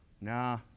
Nah